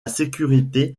sécurité